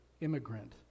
immigrant